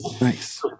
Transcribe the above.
Nice